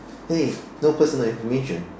hey no personal information